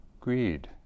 greed